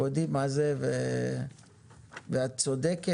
אנחנו יודעים מה זה ואת צודקת.